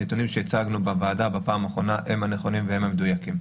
הנתונים שהצגנו בוועדה בפעם האחרונה הם הנכונים והם המדויקים.